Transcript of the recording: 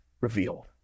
revealed